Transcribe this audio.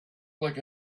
like